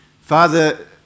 Father